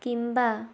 କିମ୍ୱା